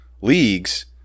leagues